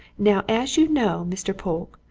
now, as you know, mr. polke,